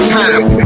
times